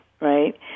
right